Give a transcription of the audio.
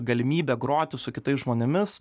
galimybė groti su kitais žmonėmis